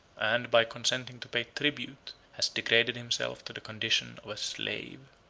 and, by consenting to pay tribute has degraded himself to the condition of a slave.